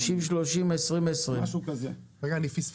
30, 30 ו-20-20 אחוזים.